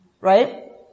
Right